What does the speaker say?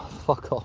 fuck off.